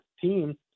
team